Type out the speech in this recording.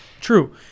true